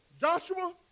Joshua